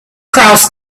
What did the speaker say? crossed